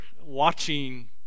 watching